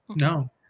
no